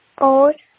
old